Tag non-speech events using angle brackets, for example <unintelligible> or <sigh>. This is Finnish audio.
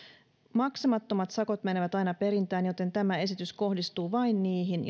maksamattomat sakot menevät aina perintään joten tämä esitys kohdistuu vain niihin <unintelligible>